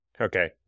Okay